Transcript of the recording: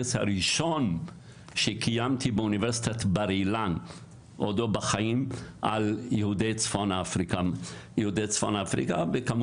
הראשון שקיימתי באוניברסיטת בר אילן על יהודי צפון אפריקה ומרוקו,